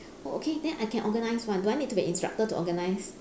okay then I can organise one do I need to get instructor to organise